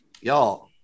Y'all